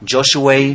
Joshua